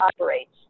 operates